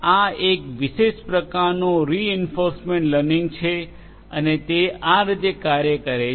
આ એક વિશેષ પ્રકારનું રિઇન્ફોર્સમેન્ટ લર્નિંગ છે અને તે આ રીતે કાર્ય કરે છે